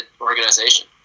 organization